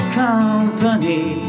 company